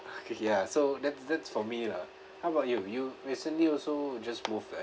okay ya so that's that's for me lah how about you you recently also just move